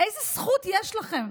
איזו זכות יש לכם?